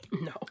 no